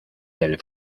del